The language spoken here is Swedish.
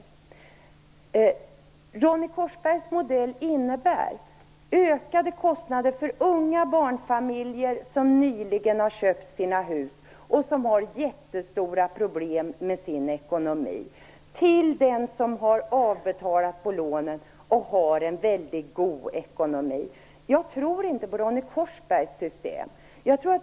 Ronny Korsbergs modell innebär ökade kostnader för unga barnfamiljer som nyligen köpt sina hus och som har jättestora problem med sin ekonomi, medan den gynnar dem som har avbetalt lånen och har en mycket god ekonomi. Jag tror inte på Ronny Korsbergs system.